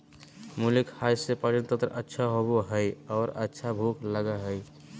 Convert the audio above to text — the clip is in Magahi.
मुली खाय से पाचनतंत्र अच्छा होबय हइ आर अच्छा भूख लगय हइ